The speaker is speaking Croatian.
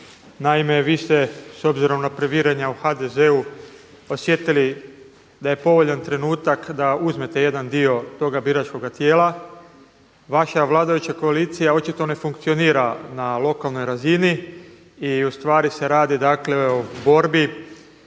Naime, vi ste s obzirom na previranja u HDZ-u osjetili da je povoljan trenutak da uzmete jedan dio toga biračkoga tijela. Vaša vladajuća koalicija očito ne funkcionira na lokalnoj razini i ustvari se radi o borbi